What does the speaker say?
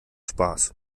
spaß